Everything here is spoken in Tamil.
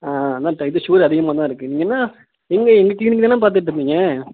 ஆ அதான் இது சுகர் அதிகமாக தான் இருக்குது நீங்கள் என்ன எங்கள் எங்கள் கிளினிக் தானே பார்த்துட்டு இருந்தீங்க